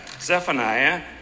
Zephaniah